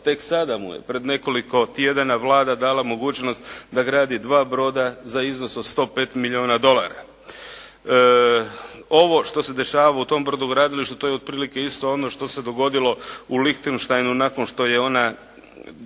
Tek sada mu je pred nekoliko tjedana Vlada dala mogućnost da gradi 2 broda za izvoz od 105 milijuna dolara. Ovo što se dešava u tom brodogradilištu to je otprilike isto ono što se dogodilo u Lichtenstainu nakon što je ona,